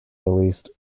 released